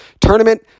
tournament